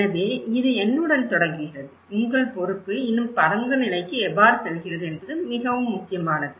எனவே இது என்னுடன் தொடங்குகிறது உங்கள் பொறுப்பு இன்னும் பரந்த நிலைக்கு எவ்வாறு செல்கிறது என்பது மிகவும் முக்கியமானது